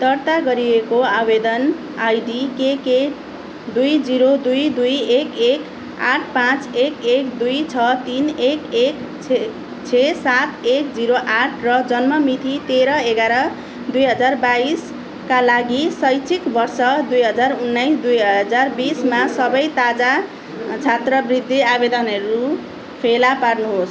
दर्ता गरिएको आवेदन आइडी के के दुई जिरो दुई दुई एक एक आठ पाँच एक एक दुई छ तिन एक एक छे सात एक जिरो आठ र जन्म मिति तेह्र एघार दुई हजार बाइसका लागि शैक्षिक बर्ष दुई हजार उन्नाइस दुई हजार बिसमा सबै ताजा छात्रवृत्ति आवेदनहरू फेला पार्नुहोस्